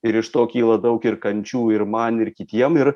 ir iš to kyla daug ir kančių ir man ir kitiem ir